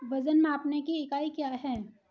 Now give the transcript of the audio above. वजन मापने की इकाई क्या है?